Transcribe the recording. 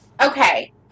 Okay